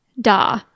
Da